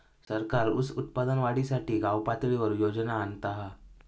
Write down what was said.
सरकार ऊस उत्पादन वाढीसाठी गावपातळीवर योजना आणता हा